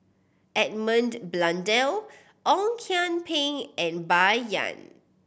Edmund Blundell Ong Kian Peng and Bai Yan